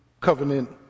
covenant